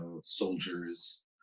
soldiers